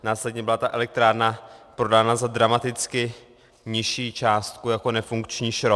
Následně byla ta elektrárna prodána za dramaticky nižší částku jako nefunkční šrot.